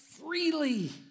freely